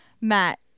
Matt